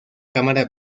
cámara